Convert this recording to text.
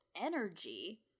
energy